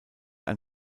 ein